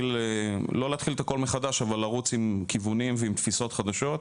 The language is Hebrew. ולא להתחיל את הכול מחדש אבל לרוץ עם כיוונים ועם תפיסות חדשות.